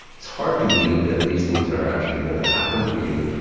it's hard to believe that these things are actually going to happen to you,